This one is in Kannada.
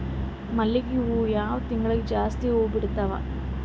ಮಲ್ಲಿಗಿ ಹೂವು ಯಾವ ತಿಂಗಳು ಜಾಸ್ತಿ ಹೂವು ಬಿಡ್ತಾವು?